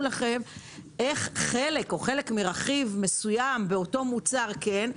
לכם איך חלק מרכיב מסוים באותו מוצר כן,